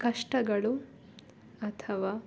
ಕಷ್ಟಗಳು ಅಥವಾ